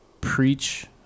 preach